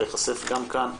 ולהיחשף גם כאן,